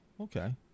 okay